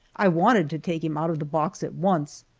i wanted to take him out of the box at once,